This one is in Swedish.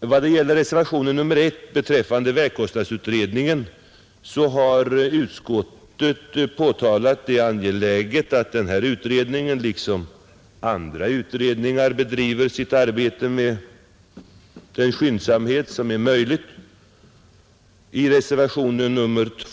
Vad gäller reservation 1 beträffande vägkostnadsutredningen har utskottet påpekat att det är angeläget att denna utredning liksom andra utredningar bedriver sitt arbete med största möjliga skyndsamhet.